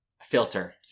filter